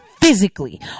physically